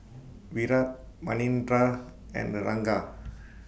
Virat Manindra and Ranga